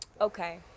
Okay